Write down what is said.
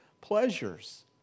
pleasures